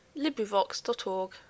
LibriVox.org